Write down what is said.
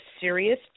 serious